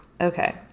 Okay